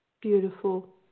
Beautiful